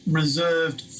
reserved